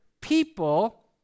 people